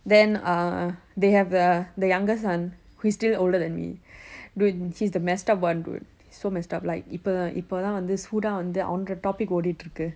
then uh they have the younger son who is still older than me dude he's the messed up one dude so messed up like இப்போ இப்போ தான் சூடா வந்து அவனோடே:ippo ippo thaan sooda vanthu avanode topic ஓடிட்டு இருக்கு:odittu irukku